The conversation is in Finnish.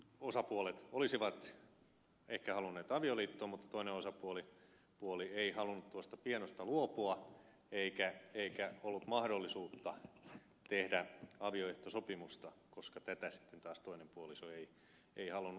osapuolet olisivat ehkä halunneet avioliittoon mutta toinen osapuoli ei halunnut tuosta pianosta luopua eikä ollut mahdollisuutta tehdä avioehtosopimusta koska tätä sitten taas toinen puoliso ei halunnut